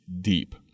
deep